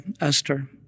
Esther